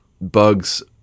bugs